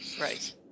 Right